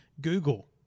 Google